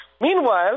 meanwhile